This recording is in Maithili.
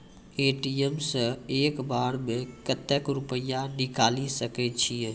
ए.टी.एम सऽ एक बार म कत्तेक रुपिया निकालि सकै छियै?